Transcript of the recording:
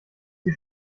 die